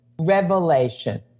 revelation